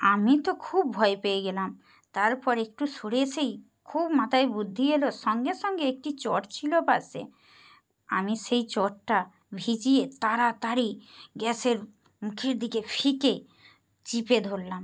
আমি তো খুব ভয় পেয়ে গেলাম তারপর একটু সরে এসেই খুব মাথায় বুদ্ধি এল সঙ্গে সঙ্গে একটি চট ছিল পাশে আমি সেই চটটা ভিজিয়ে তাড়াতাড়ি গ্যাসের মুখের দিকে ফিঁকে চেপে ধরলাম